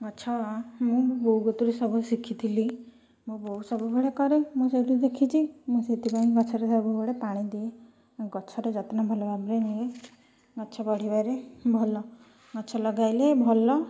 ଗଛ ମୁଁ ବୋଉ କତୁରୁ ସବୁ ଶିଖିଥିଲି ମୋ ବୋଉ ସବୁବେଳେ କରେ ମୁଁ ସେଇଠୁ ଦେଖିଛି ମୁଁ ସେଥିପାଇଁ ଗଛରେ ସବୁବେଳେ ପାଣି ଦିଏ ଗଛର ଯତ୍ନ ଭଲ ଭାବରେ ନିଏ ଗଛ ବଢ଼ିବାରେ ଭଲ ଗଛ ଲଗାଇଲେ ଭଲ